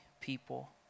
people